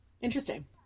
interesting